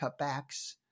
cutbacks